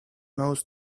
knows